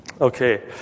Okay